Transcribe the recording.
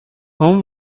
whom